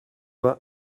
vingt